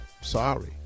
Sorry